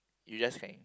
you just can